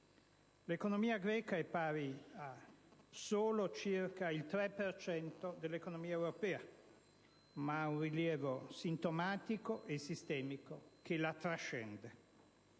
L'economia greca è pari a solo circa il 3 per cento dell'economia europea, ma ha un rilievo sintomatico e sistemico che la trascende.